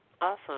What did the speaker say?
Awesome